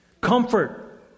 Comfort